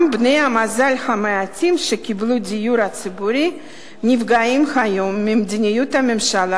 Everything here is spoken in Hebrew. גם בני המזל המעטים שקיבלו דיור ציבורי נפגעים היום ממדיניות הממשלה